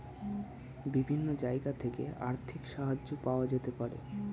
বিভিন্ন জায়গা থেকে আর্থিক সাহায্য পাওয়া যেতে পারে